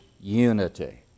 unity